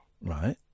Right